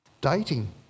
Dating